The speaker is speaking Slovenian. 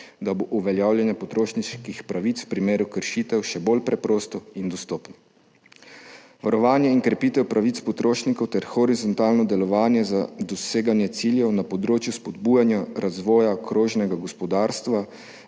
da bo uveljavljanje potrošniških pravic v primeru kršitev še bolj preprosto in dostopno. Varovanje in krepitev pravic potrošnikov ter horizontalno delovanje za doseganje ciljev na področju spodbujanja razvoja krožnega gospodarstva,